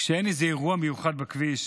כשאין איזה אירוע מיוחד בכביש,